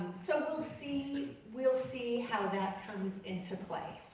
so we'll see we'll see how that comes into play.